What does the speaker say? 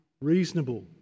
reasonable